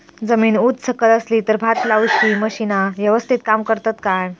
जमीन उच सकल असली तर भात लाऊची मशीना यवस्तीत काम करतत काय?